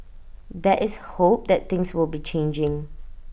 there is hope that things will be changing